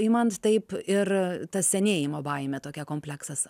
imant taip ir ta senėjimo baimė tokia kompleksas